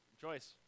Joyce